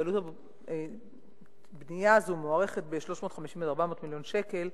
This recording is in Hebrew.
ועלות הבנייה הזאת מוערכת ב-350 עד 400 מיליון שקל.